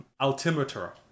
altimeter